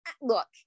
look